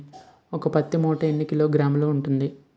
ఒక పత్తి మూట ఎన్ని కిలోగ్రాములు ఉంటుంది?